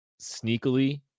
sneakily